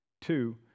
Two